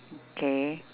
okay